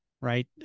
right